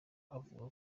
avuga